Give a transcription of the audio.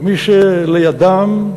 וכמובן,